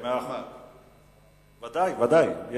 ודאי, ודאי.